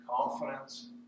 confidence